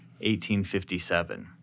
1857